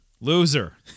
loser